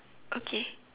okay